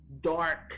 dark